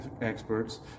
experts